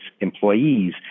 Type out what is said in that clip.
employees